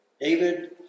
David